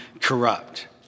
corrupt